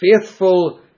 faithful